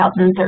2013